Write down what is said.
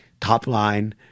top-line